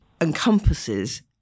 encompasses